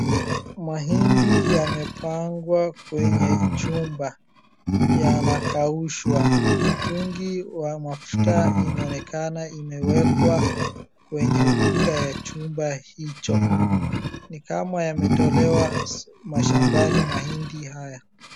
Mahindi yamepangwa kwenye chumba yanakaushwa. Mtungi wa mafuta inaonekana imewekwa kwenye ukuta wa chumba hicho. Ni kama yametolewa mashambani mahindi haya.